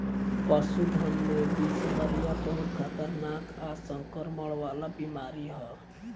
पशुधन में बिषहरिया बहुत खतरनाक आ संक्रमण वाला बीमारी ह